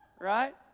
right